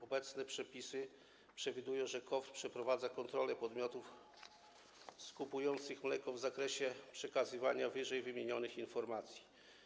Obecne przepisy przewidują, że KOWR przeprowadza kontrole podmiotów skupujących mleko w zakresie przekazywania ww. informacji.